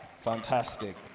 Fantastic